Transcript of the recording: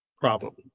problem